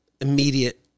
immediate